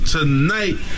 Tonight